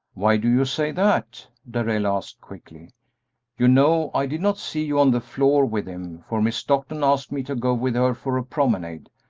why do you say that? darrell asked, quickly you know i did not see you on the floor with him, for miss stockton asked me to go with her for a promenade.